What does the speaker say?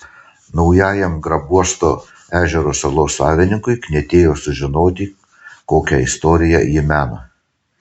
naujajam grabuosto ežero salos savininkui knietėjo sužinoti kokią istoriją ji mena